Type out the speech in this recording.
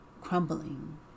Crumbling